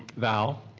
val,